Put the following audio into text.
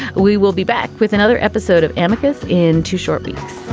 we will be back with another episode of tamika's in two short weeks